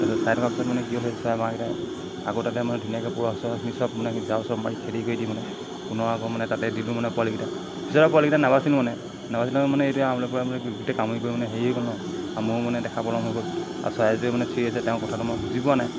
তাৰপিছত চাই থকাৰ পিছত মানে কি হ'ল চৰাই বাঁহকেইটা আগৰ তাতে মানে ধুনীয়াকৈ পৰুৱা চৰুৱাখিনি চব মানে জাৰু চাৰু মাৰি খেদি কৰি দি মানে পুনৰ আকৌ মানে তাতে দিলোঁ মানে পোৱালিকেইটা বেচেৰা পোৱালিকিটা নাবাছিল মানে নাবাছিলে মানে এতিয়া আমলৰি পৰুৱাই মানে গোটেই কামুৰি কৰি মানে হেৰি হ'ল ন আৰু মইও মানে দেখা পলম হৈ গ'ল আৰু চৰাইজনীয়েও মানে চিঞৰি আছে তেওঁ কথাটো মই বুজি পোৱা নাই